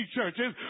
Churches